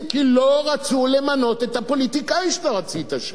כי לא רצו למנות את הפוליטיקאי שאתה רצית שם?